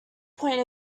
point